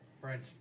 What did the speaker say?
French